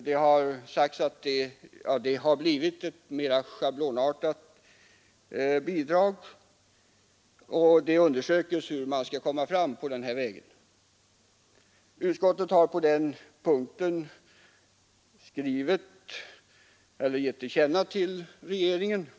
Det har sagts att det har blivit ett mera schablonartat bidrag, och det undersöks hur bidraget skall utformas. Utskottet menar att den undersökningen bör ske snarast. Utskottet anser att detta bör ges Kungl. Maj:t till känna.